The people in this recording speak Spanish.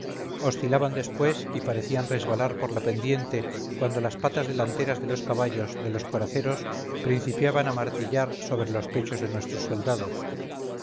oscilaban después y parecían resbalar por la pendiente cuando las patas delanteras de los caballos de los coraceros principiaban a martillar sobre los pechos de nuestros soldados